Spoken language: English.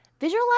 Visualize